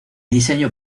diseño